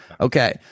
Okay